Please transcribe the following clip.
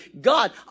God